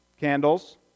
candles